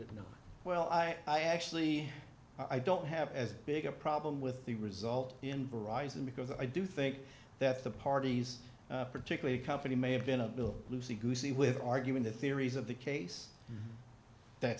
it now well i actually i don't have as big a problem with the result in varieties and because i do think that the parties particularly company may have been a little lucy goosey with arguing the theories of the case that's